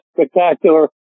spectacular